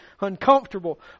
uncomfortable